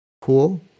Cool